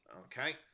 Okay